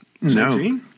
No